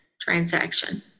transaction